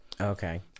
Okay